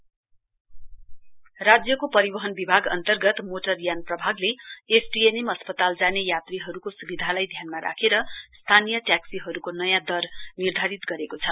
व्याक्सी fare राज्यको परिवहन विभाग अन्तर्गत मोटर यान प्रभागले एसटिएनएम अस्पताल जाने यात्रीहरूको सुविधालाई ध्यानमा राखेर स्थानीय ट्याक्सीहरूको नयाँ दर निर्धारित गरेको छ